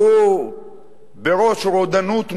שהוא בראש רודנות מושחתת.